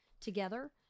together